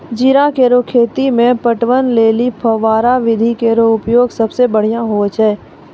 जीरा केरो खेती म पटवन लेलि फव्वारा विधि केरो प्रयोग सबसें बढ़ियां होय छै